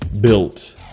built